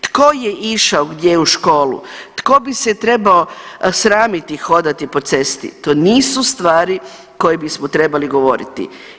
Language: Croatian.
Tko je išao gdje u školu, tko bi se trebao sramiti hodati po cesti to nisu stvari koje bismo trebali govoriti.